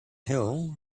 hill